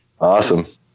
Awesome